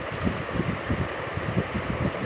acai berry सबसे स्वस्थ रूप के बेरी होबय हइ